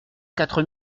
quatre